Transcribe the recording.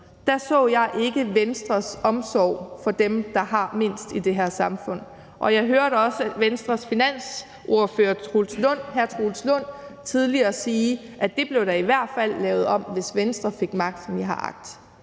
fattigdom, ikke så Venstres omsorg for dem, der har mindst i det her samfund. Og jeg hørte også Venstres finansordfører, hr. Troels Lund Poulsen, tidligere sige, at det da i hvert fald blev lavet om, hvis Venstre fik magt, som de har agt.